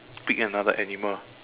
pick another animal